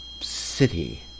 city